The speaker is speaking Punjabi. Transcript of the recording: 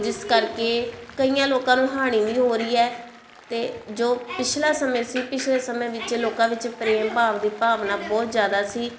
ਜਿਸ ਕਰਕੇ ਕਈਆਂ ਲੋਕਾਂ ਨੂੰ ਹਾਣੀ ਵੀ ਹੋ ਰਹੀ ਹੈ ਅਤੇ ਜੋ ਪਿਛਲਾ ਸਮੇਂ ਸੀ ਪਿਛਲੇ ਸਮੇਂ ਵਿੱਚ ਲੋਕਾਂ ਵਿੱਚ ਪ੍ਰੇਮ ਭਾਵ ਦੀ ਭਾਵਨਾ ਬਹੁਤ ਜ਼ਿਆਦਾ ਸੀ